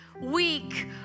weak